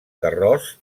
carròs